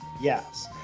Yes